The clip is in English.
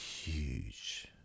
huge